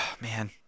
Man